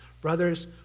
Brothers